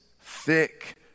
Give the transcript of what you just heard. thick